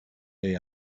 they